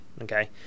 okay